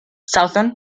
southern